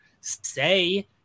say